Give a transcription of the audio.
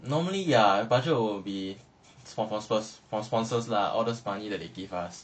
normally ya budget will be from sponsors lah all those money that they give us